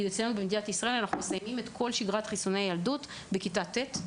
במדינת ישראל שגרת חיסוני הילדות מסתיימת בכיתה ט'.